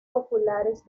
populares